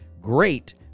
great